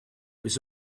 was